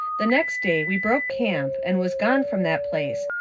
the next day we broke camp and was gone from that place,